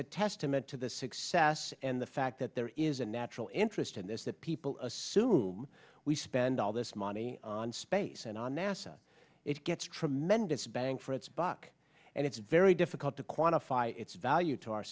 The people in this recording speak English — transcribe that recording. a testament to the success and the fact that there is a natural interest in this that people assume we spend all this money on space and on nasa it gets a tremendous bang for its buck and it's very difficult to quantify it's value to our